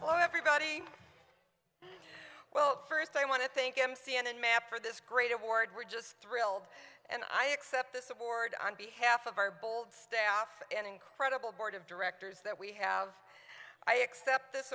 what everybody well first i want to thank him c n n map for this great award we're just thrilled and i accept this award on behalf of our bold staff and incredible board of directors that we have i accept this